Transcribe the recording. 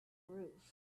roof